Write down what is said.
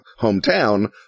hometown